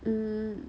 mm